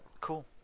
Cool